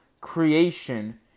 creation